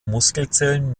muskelzellen